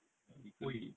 exactly